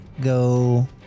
go